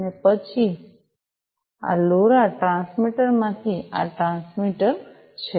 અને તેથી પછી આ લોરા ટ્રાન્સમીટર માંથી આ ટ્રાન્સમીટર છે